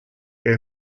air